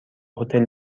هتل